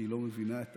כי היא לא מבינה את